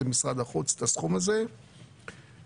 את הסכום הזה למשרד החוץ.